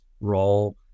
role